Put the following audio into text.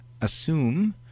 assume